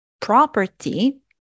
property